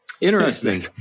Interesting